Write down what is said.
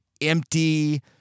empty